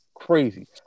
Crazy